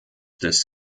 des